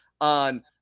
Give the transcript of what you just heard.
on